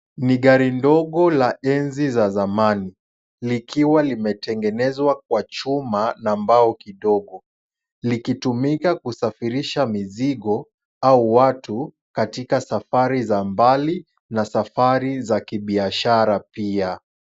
Ni gari ndogo la enzi za zamani likiwa limetengenezwa kwa chuma na mbao kidogo likitumika kusafirisha mizigo au watu katika safari za mbali na safari za kibiashara pia.